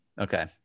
Okay